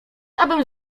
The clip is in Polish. abym